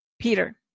Peter